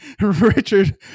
Richard